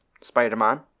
Spider-Man